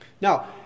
Now